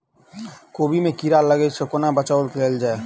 कोबी मे कीड़ा लागै सअ कोना बचाऊ कैल जाएँ?